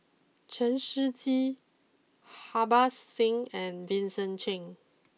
Chen Shiji Harbans Singh and Vincent Cheng